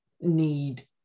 need